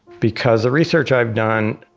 because the research i've done